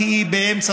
כי היא באמצע,